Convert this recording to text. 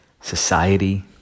society